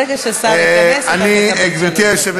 ברגע שהשר ייכנס, אתה תקבל שלוש דקות.